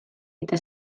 eta